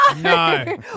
No